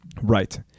Right